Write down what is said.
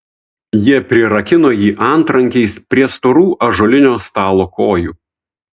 jie prirakino jį antrankiais prie storų ąžuolinio stalo kojų